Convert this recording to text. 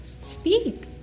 speak